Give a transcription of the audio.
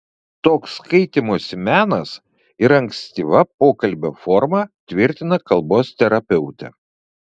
toks kaitymosi menas yra ankstyva pokalbio forma tvirtina kalbos terapeutė